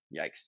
yikes